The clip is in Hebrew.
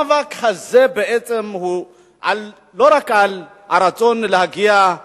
המאבק הזה הוא לא רק על הרצון להגיע,